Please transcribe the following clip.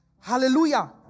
Hallelujah